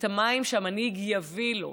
את המים שהמנהיג יביא לו,